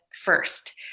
first